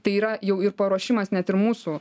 tai yra jau ir paruošimas net ir mūsų